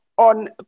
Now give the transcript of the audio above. on